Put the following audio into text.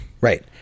Right